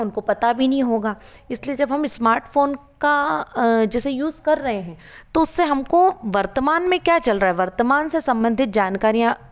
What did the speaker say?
उनको पता भी नहीं होगा इसलिए जब हम इस्मार्टफोन का जैसे यूज कर रहे हैं तो उससे हमको वर्तमान में क्या चल रहा है वर्तमान से सम्बन्धित जानकारियाँ